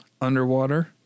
Underwater